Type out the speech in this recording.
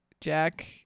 Jack